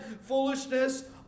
foolishness